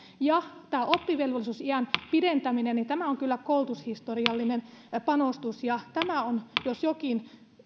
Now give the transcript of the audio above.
ja tämä oppivelvollisuusiän pidentäminen on kyllä koulutushistoriallinen panostus ja tämä on jos jokin